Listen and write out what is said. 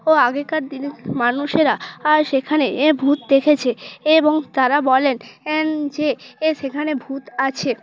ও আগেকার দিনের মানুষেরা আ সেখানে এ ভূত দেখেছে এবং তারা বলেন এন যে এ সেখানে ভূত আছে